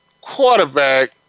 quarterback